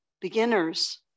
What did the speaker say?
beginners